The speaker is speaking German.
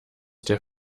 der